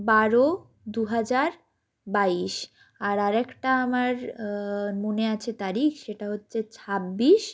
বারো দুহাজার বাইশ আর আরেকটা আমার মনে আছে তারিখ সেটা হচ্ছে ছাব্বিশ